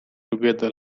together